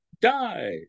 die